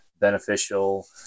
Beneficial